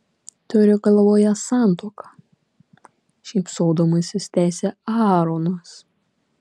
turiu galvoje santuoką šypsodamasis tęsia aaronas